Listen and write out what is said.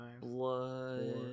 Blood